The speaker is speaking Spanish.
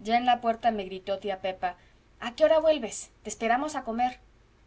ya en la puerta me gritó tía pepa a qué hora vuelves te esperamos a comer